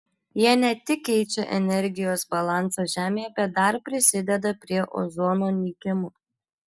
jie ne tik keičia energijos balansą žemėje bet dar prisideda prie ozono nykimo